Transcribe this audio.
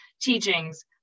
teachings